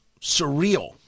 surreal